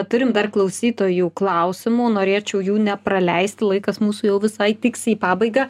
turim dar klausytojų klausimų norėčiau jų nepraleist laikas mūsų jau visai tiksi į pabaigą